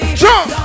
jump